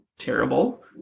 terrible